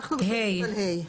אנחנו בסעיף (ה).